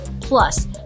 plus